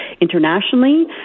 internationally